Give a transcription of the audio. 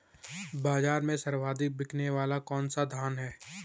बाज़ार में सर्वाधिक बिकने वाला कौनसा धान है?